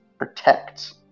protect